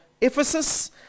Ephesus